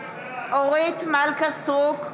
אורית מלכה סטרוק,